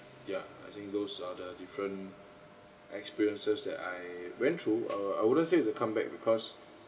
yeah I think those are the different experiences that I went through uh I wouldn't say it's a come back because